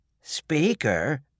Speaker